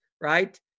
right